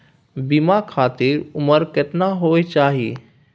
बीमा खातिर उमर केतना होय चाही?